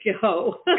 go